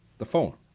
the phone,